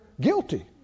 guilty